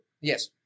Yes